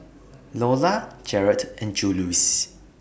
Lolla Jarett and Juluis